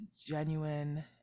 genuine